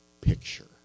picture